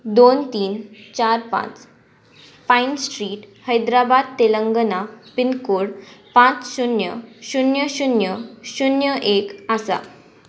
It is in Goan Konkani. दोन तीन चार पांच पायन स्ट्रीट हैद्राबाद तेलंगना पिनकोड पांच शुन्य शुन्य शुन्य शुन्य एक आसा